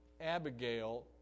abigail